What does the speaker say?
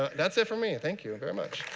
that's it for me. thank you very much.